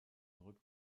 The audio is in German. zurück